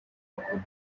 makuru